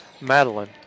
Madeline